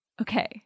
Okay